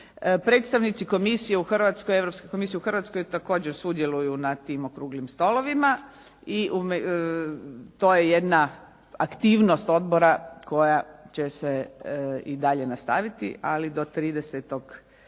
Predstavnici komisije u Hrvatskoj, Europske komisije u Hrvatskoj također sudjeluju na tim okruglim stolovima i to je jedna aktivnost odbora koja će se i dalje nastaviti, ali do 30. lipnja